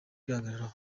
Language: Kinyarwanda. kwihagararaho